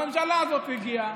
הממשלה הזאת הגיעה,